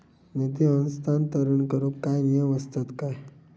निधी हस्तांतरण करूक काय नियम असतत काय?